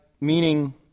meaning